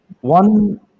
one